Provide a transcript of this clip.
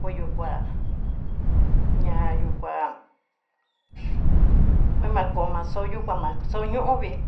Kuyuu kuá nayuu kuá, kuenakoma xuñuu koma xuñuu ñii